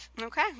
Okay